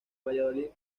valladolid